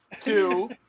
Two